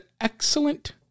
excellent